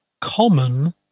common